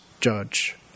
judge